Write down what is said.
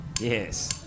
Yes